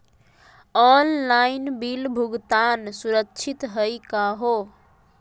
Online bill भुगतान सुरक्षित हई का हो?